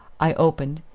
i opened,